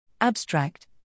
Abstract